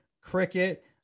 cricket